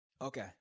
Okay